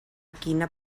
quina